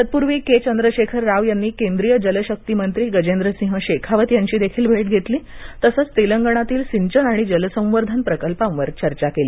तत्पूर्वी के चंद्रशेखर राव यांनी केंद्रीय जलशक्ती मंत्री गजेंद्र सिंह शेखावत यांची देखील भेट घेतली तसेच तेलंगणातील सिंचन आणि जलसंवर्धन प्रकल्पांवर चर्चा केली